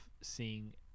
seeing